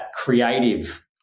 creative